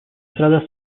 strada